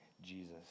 Jesus